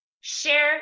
Share